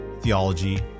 theology